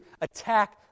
attack